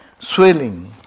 Swelling